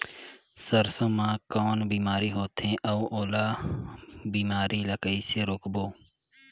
सरसो मा कौन बीमारी होथे अउ ओला बीमारी ला कइसे रोकबो?